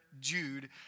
jude